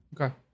Okay